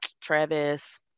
Travis